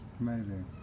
Amazing